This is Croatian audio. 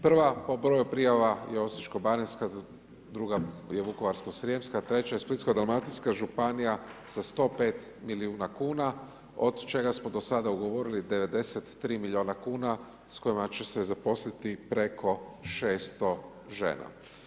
Prva po broju prijava je Osječko-baranjska, druga je Vukovarsko-srijemska, treća je Splitsko-dalmatinska županija sa 105 milijuna kuna od čega smo do sada ugovorili 93 miliona kuna s kojima će se zaposliti preko 600 žena.